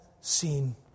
seen